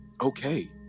Okay